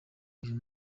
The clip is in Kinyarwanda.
uyu